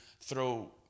throw